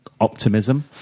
optimism